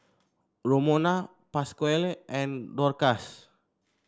Romona Pasquale and Dorcas